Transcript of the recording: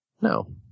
No